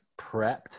prepped